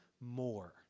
more